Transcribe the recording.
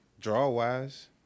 Draw-wise